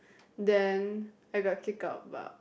then I got kicked out